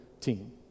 team